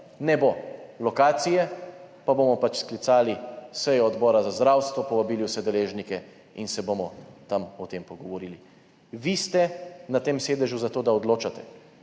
ne bo lokacije, bomo pač sklicali sejo Odbora za zdravstvo, povabili vse deležnike in se bomo tam o tem pogovorili. Vi ste na tem sedežu zato, da odločate,